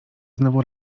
znowu